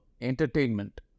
entertainment